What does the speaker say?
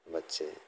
बच्चे